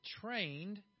trained